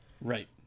right